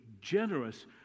generous